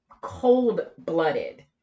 cold-blooded